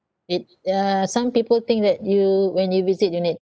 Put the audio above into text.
it uh some people think that you when you visit you need